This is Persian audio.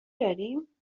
داریم